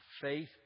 faith